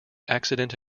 accident